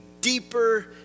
deeper